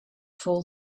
fall